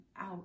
out